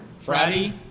Friday